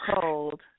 cold